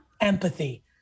empathy